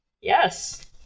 Yes